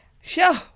Sure